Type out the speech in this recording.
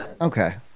okay